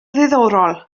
ddiddorol